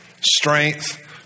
strength